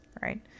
Right